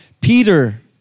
Peter